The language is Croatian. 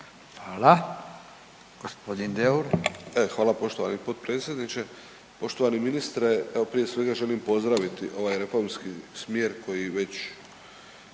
E hvala poštovani potpredsjedniče. Poštovani ministre, evo prije svega želim pozdraviti ovaj reformski smjer koji već